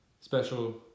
Special